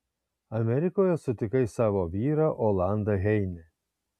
amerikoje sutikai savo vyrą olandą heine